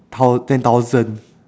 thou~ ten thousand